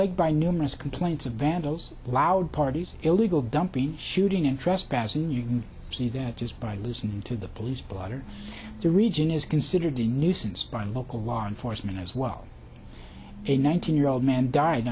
but by numerous complaints of vandals loud parties illegal dumping shooting and trespassing you can see that just by listening to the police blotter the region is considered a nuisance by local law enforcement as well in one thousand year old man died